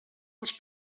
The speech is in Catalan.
els